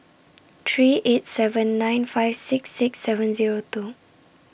three eight seven nine five six six seven Zero two